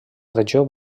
regió